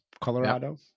Colorado